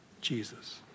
Jesus